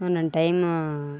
ಒಂದೊಂದು ಟೈಮೂ